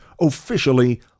officially